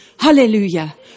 Hallelujah